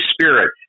Spirit